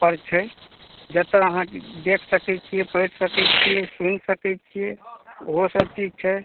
पर छै जतय अहाँ देख सकै छियै पढ़ि सकै छियै सुनि सकै छियै ओहो सब चीज छै